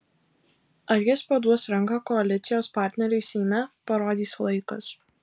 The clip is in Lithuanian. ar jis paduos ranką koalicijos partneriui seime parodys laikas